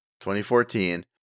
2014